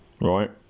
right